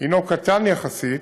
קטן יחסית,